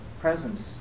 presence